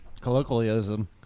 Colloquialism